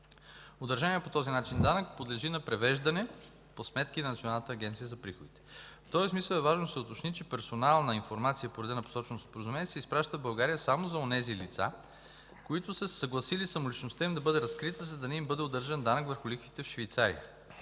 Удържаният по този начин данък подлежи на превеждане по сметки на Националната агенция за приходите. В този смисъл е важно да се уточни, че персонална информация по реда на посоченото Споразумение се изпраща в България само за онези лица, които са се съгласили самоличността им да бъде разкрита, за да не им бъде удържан данък върху лихвите в Швейцария.